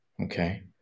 okay